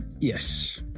yes